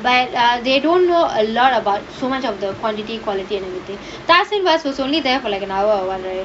but uh they don't know a lot about so much of the quantity quality and everything darlene was only there for like an hour or